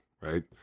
right